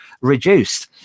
reduced